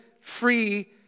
free